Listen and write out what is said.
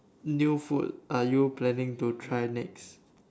new food are you planning to try next